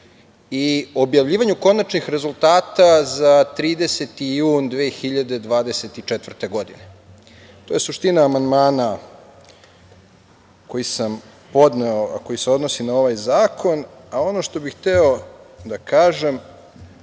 i objavljivanju konačnih rezultata za 30. jun 2024. godine. To je suština amandmana koji sam podneo, a koji se odnosi na ovaj zakon, a ono što bi hteo da kažem,